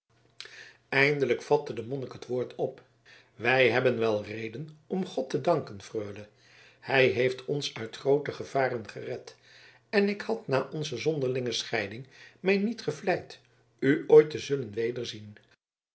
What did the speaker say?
eindelijk vatte de monnik het woord op wij hebben wel reden om god te danken freule hij heeft ons uit groote gevaren gered en ik had na onze zonderlinge scheiding mij niet gevleid u ooit te zullen